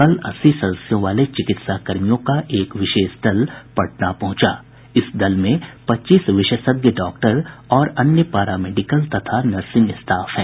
कल अस्सी सदस्यों वाले चिकित्साकर्मियों का एक विशेष दल पटना पहुंचा जिसमें पच्चीस विशेषज्ञ डॉक्टर और अन्य पारा मेडिकल तथा नर्सिंग स्टाफ हैं